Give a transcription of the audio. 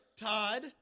Todd